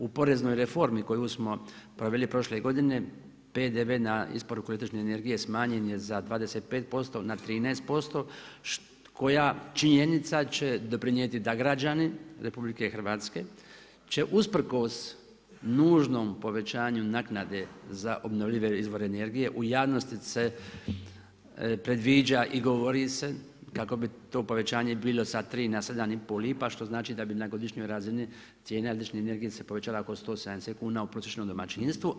U poreznoj reformi koju smo proveli prošle godine PDV na isporuku električne energije smanjen je za 25% na 13% koja činjenica će doprinijeti da građani RH će usprkos nužnom povećanju naknade za obnovljive izvore energije u javnosti se predviđa i govori se kako bi to povećanje bilo sa 3 na 7 i pol lipa što znači da bi na godišnjoj razini cijena električne energije se povećala oko 170 kuna u prosječnom domaćinstvu.